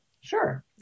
Sure